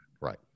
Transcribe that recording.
Right